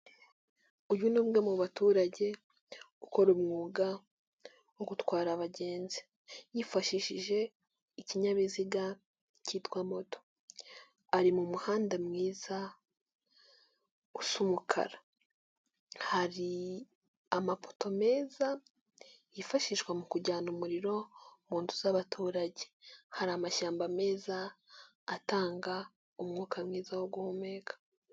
Uyu ni umwe mu baturage ukora umwuga wo gutwara abagenzi yifashishije ikinyabiziga cyitwa moto, ari mu muhanda mwiza usu umukara, hari amapoto meza yifashishwa mu kujyana umuriro mu nzu z'abaturage, hari amashyamba meza atanga umwuka mwiza wo guhumeka.